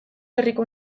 herriko